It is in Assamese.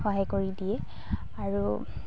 সহায় কৰি দিয়ে আৰু